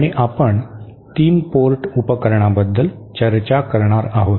आणि आपण 3 पोर्ट उपकरणाबद्दल चर्चा करणार आहोत